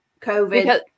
COVID